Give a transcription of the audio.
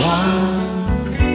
one